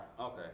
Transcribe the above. Okay